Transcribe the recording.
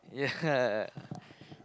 yeah